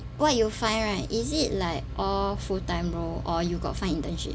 what you find right is it like all full time role or you got find internship